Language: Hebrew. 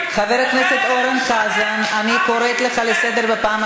חבר הכנסת אורן חזן, אני מבקשת להפסיק.